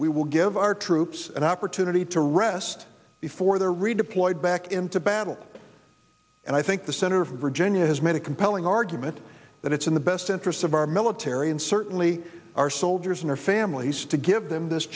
we will give our troops an opportunity to rest before they're redeployed back into battle and i think the senator from virginia has made a compelling argument that it's in the best interest of our military and certainly our soldiers and our families to give them this